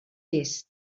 est